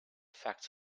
facts